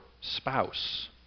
spouse